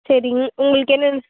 சரிங் உங்களுக்கு என்னெனங்